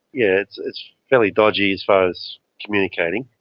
yeah it's it's fairly dodgy as far as communicating.